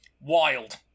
wild